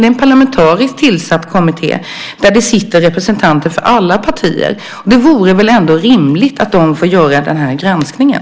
Det är en parlamentariskt tillsatt kommitté där det sitter representanter för alla partier. Det vore väl ändå rimligt att de fick göra den här granskningen.